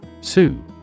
Sue